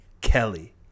Kelly